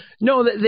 No